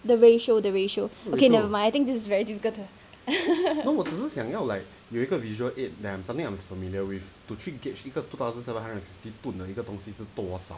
the ratio the ratio okay never mind this is very difficult to